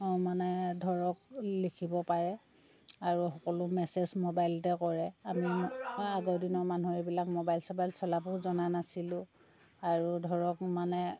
মানে ধৰক লিখিব পাৰে আৰু সকলো মেছেজ মবাইলতে কৰে আমি আগৰ দিনৰ মানুহ এইবিলাক মবাইল চবাইল চলাবও জনা নাছিলোঁ আৰু ধৰক মানে